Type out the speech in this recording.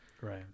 Right